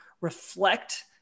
reflect